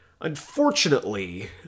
Unfortunately